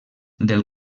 del